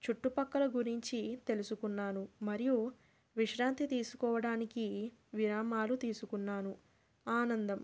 చుట్టుపక్కల గురించి తెలుసుకున్నాను మరియు విశ్రాంతి తీసుకోవడానికి విరామాలు తీసుకున్నాను ఆనందం